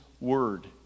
word